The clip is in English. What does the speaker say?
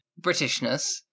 Britishness